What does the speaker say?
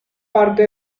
parte